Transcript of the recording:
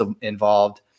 involved